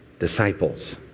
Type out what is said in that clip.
disciples